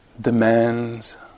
demands